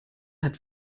hat